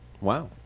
Wow